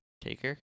Taker